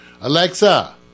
Alexa